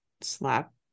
slap